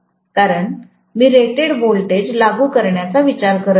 कारण मी rated voltage लागू करण्याचा विचार करीत आहे